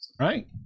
Right